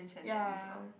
ya